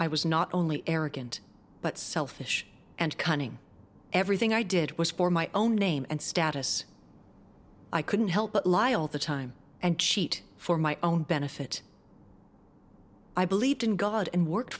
i was not only arrogant but selfish and cunning everything i did was for my own name and status i couldn't help but lie all the time and cheat for my own benefit i believed in god and worked